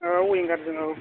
औ उइंगारजों औ